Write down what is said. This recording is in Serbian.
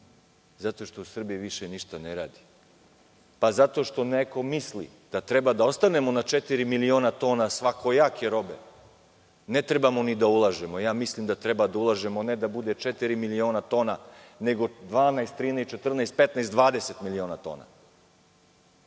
zato što u Srbiji više ništa ne radi, zato što neko misli da treba da ostanemo na četiri miliona tona svakojake robe. Ne trebamo ni da ulažemo, mislim da treba da ulažemo, ne da bude četiri miliona tona, nego 12, 13 ,14, 15, 20 miliona tona. To